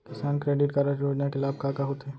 किसान credit card योजना के लाभ का का होथे?